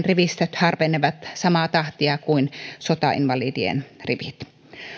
rivistöt harvenevat samaa tahtia kuin sotainvalidien rivit